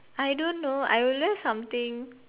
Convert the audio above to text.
I don't know I will wear something